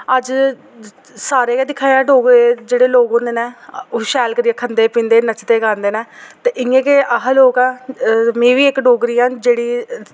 अज्ज सारे गै दिक्खा दे डोगरे जेह्ड़े लोग होंदे न ओह शैल करियै खंदे पीन्दे नचदे गांदे न ते इ'यां गै अस लोक आं में बी इक डोगरी आं जेह्ड़ी